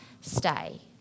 stay